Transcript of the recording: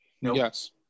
Yes